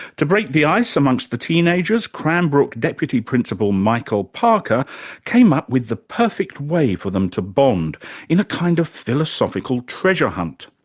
to break the ice amongst the teenagers, cranbrook deputy principal michael parker came up with the perfect way for them to bond in a kind of philosophical treasure hunt.